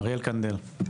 אריאל קנדל.